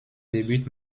débute